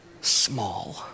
small